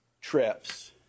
trips